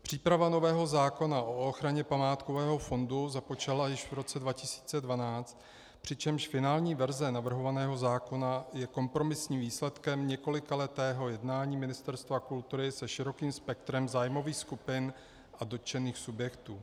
Příprava nového zákona o ochraně památkového fondu započala již v roce 2012, přičemž finální verze navrhovaného zákona je kompromisním výsledkem několikaletého jednání Ministerstva kultury se širokým spektrem zájmových skupin a dotčených subjektů.